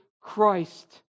Christ